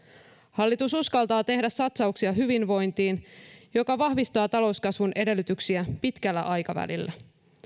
hallitus uskaltaa tehdä satsauksia hyvinvointiin mikä vahvistaa talouskasvun edellytyksiä pitkällä aikavälillä